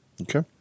Okay